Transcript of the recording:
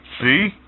See